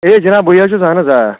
ہے جناب بٕے حظ چھُس اہن حظ آ